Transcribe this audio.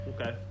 okay